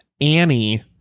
Annie